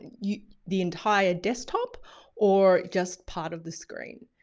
you know the entire desktop or just part of the screen.